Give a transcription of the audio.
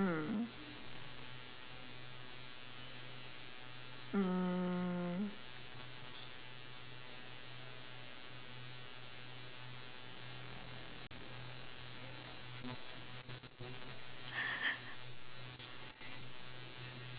mm mm